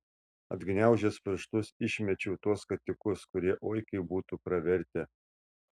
atgniaužęs pirštus išmečiau tuos skatikus kurie oi kaip būtų pravertę